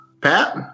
Pat